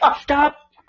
Stop